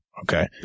Okay